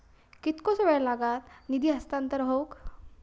कितकोसो वेळ लागत निधी हस्तांतरण हौक?